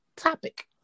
Topic